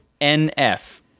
NF